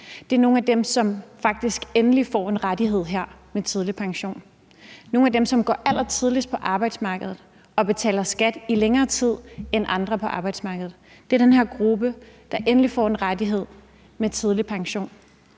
en løn, de har haft, får faktisk her endelig en rettighed med retten til tidlig pension. Nogle af dem, som kommer allertidligst på arbejdsmarkedet og betaler skat i længere tid end andre på arbejdsmarkedet, får endelig her en rettighed med retten til tidlig pension.